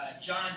John